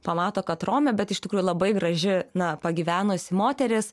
pamato kad romė bet iš tikrųjų labai graži na pagyvenusi moteris